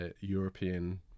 European